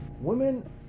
Women